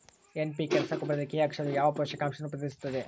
NPK ರಸಗೊಬ್ಬರದಲ್ಲಿ K ಅಕ್ಷರವು ಯಾವ ಪೋಷಕಾಂಶವನ್ನು ಪ್ರತಿನಿಧಿಸುತ್ತದೆ?